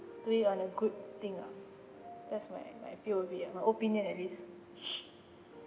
do it on a good thing ah that's my my P_O_V ah my opinion at least